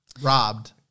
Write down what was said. Robbed